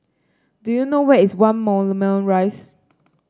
do you know where is One Moulmein Rise